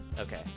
Okay